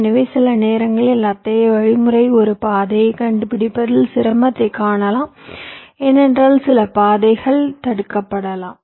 எனவே சில நேரங்களில் அத்தகைய வழிமுறை ஒரு பாதையை கண்டுபிடிப்பதில் சிரமத்தைக் காணலாம் ஏனென்றால் சில பாதைகள் தடுக்கப்படலாம்